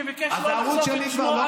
שביקש לא לחשוף את שמו,